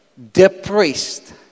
depressed